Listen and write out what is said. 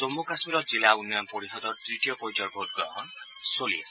জম্মু কাশ্মীৰত জিলা উন্নয়ন পৰিষদৰ তৃতীয় পৰ্যায়ৰ ভোটগ্ৰহণ চলি আছে